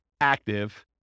active